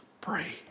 pray